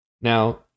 Now